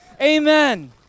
Amen